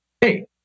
hey